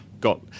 got